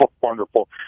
wonderful